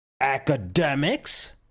Academics